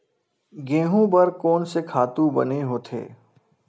गेहूं बर कोन से खातु बने होथे?